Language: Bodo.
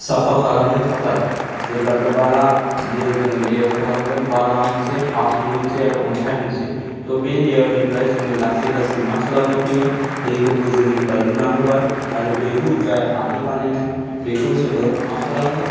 साफा खालामनो थाखाय जेब्ला बे बाला बेयो जोङो लेयार खालामगोन बाला मोनसे हाब्रु मोनसे आरो अन्थाइ मोनसे थ' बे लेयारनिफ्राय जोङो लासै लासै मा खालामनो फैयो दैखौ गोजौनिफ्राय लुना होबाय आरो दैहु जाय हानि बानायनाय बेखौ जोङो मा खालामो